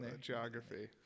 geography